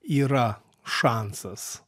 yra šansas